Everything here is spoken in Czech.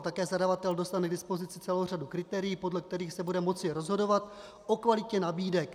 Také zadavatel dostane k dispozici celou řadu kritérií, podle kterých se bude moci rozhodovat o kvalitě nabídek.